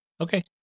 Okay